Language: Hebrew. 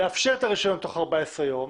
לאפשר את הרישיון תוך 14 ימים